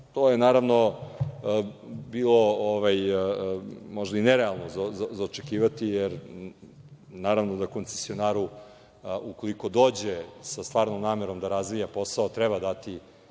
To je naravno možda bilo i nerealno za očekivati jer naravno da koncesionaru ukoliko dođe sa stvarnom namerom da razvija posao treba dati